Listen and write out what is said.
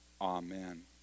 Amen